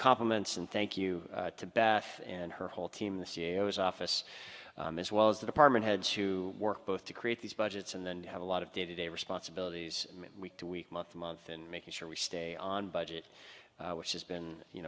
compliments and thank you to bath and her whole team the c e o s office as well as the department heads to work both to create these budgets and then to have a lot of day to day responsibilities week to week month to month and making sure we stay on budget which has been you